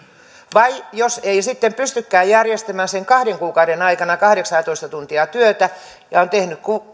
tai jos ei sitten pystykään järjestämään sen kahden kuukauden aikana kahdeksaatoista tuntia työtä ja on tehnyt